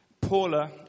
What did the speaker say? Paula